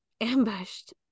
ambushed